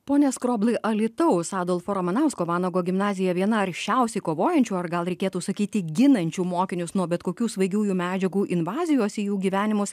pone skroblai alytaus adolfo ramanausko vanago gimnazija viena aršiausiai kovojančių ar gal reikėtų sakyti ginančių mokinius nuo bet kokių svaigiųjų medžiagų invazijos į jų gyvenimus